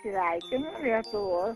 sveikinu lietuvos